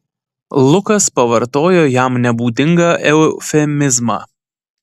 lukas pavartojo jam nebūdingą eufemizmą